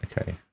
okay